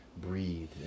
breathe